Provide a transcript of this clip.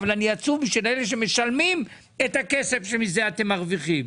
אבל אני עצוב בשביל אלה שמשלמים את הכסף שממנו אתם מרוויחים.